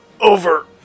over